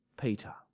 Peter